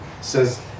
says